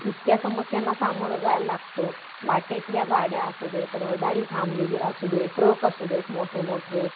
इतक्या समस्यांना सामोरं जायला लागतं वाटेतल्या गाड्या असू देत रहदारी थांबलेली असू दे ट्रक असू देत मोठे मोठे